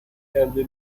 کرده